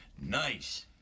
Nice